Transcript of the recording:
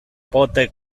pote